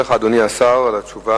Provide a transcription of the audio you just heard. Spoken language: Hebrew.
אדוני השר, אני מודה לך על התשובה